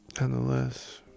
Nonetheless